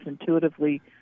intuitively